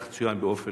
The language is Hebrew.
כך צוין באופן